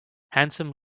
handsome